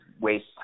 waste